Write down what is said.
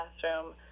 classroom